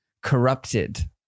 Corrupted